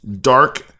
dark